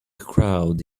crowd